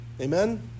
Amen